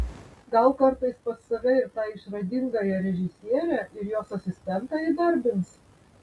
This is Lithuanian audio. gal kartais pas save ir tą išradingąją režisierę ir jos asistentą įdarbins